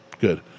Good